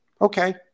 Okay